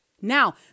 now